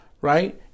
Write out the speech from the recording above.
right